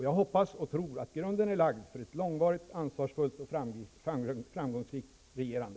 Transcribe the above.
Jag hoppas och tror att grunden har lagts för ett långvarigt, ansvarsfullt och framgångsrikt regerande.